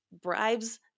bribes